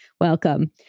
Welcome